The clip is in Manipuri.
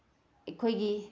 ꯑꯩꯈꯣꯏꯒꯤ